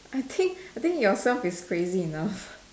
I think I think yourself is crazy enough